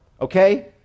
Okay